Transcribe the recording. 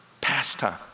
pastime